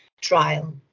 trial